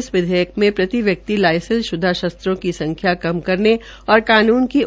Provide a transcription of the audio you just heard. इस विधेयक में प्रतिव्यक्ति लाइसेंसशुद्दा शस्त्रों की संख्या कम करने और कानून की